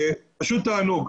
פשוט תענוג.